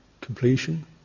completion